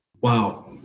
Wow